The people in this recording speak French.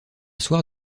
soir